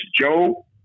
Joe